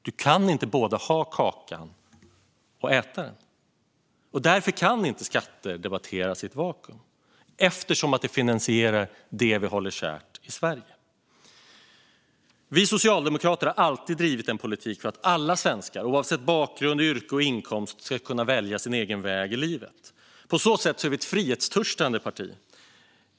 Du kan inte både ha kakan och äta den. Därför kan skatter inte debatteras i ett vakuum - de finansierar ju det vi håller kärt i Sverige. Vi socialdemokrater har alltid drivit en politik för att alla svenskar, oavsett bakgrund, yrke och inkomst, ska kunna välja sin egen väg i livet. På så sätt är vi ett frihetstörstande parti.